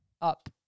up